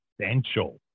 essential